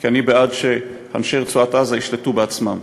כי אני בעד שאנשי רצועת-עזה ישלטו בעצמם.